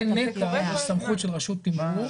גם לנת"ע יש סמכות של רשות תימרור.